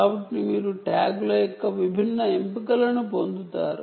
కాబట్టి మీరు ట్యాగ్ల యొక్క విభిన్న ఎంపికలను పొందుతారు